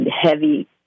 heavy